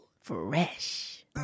fresh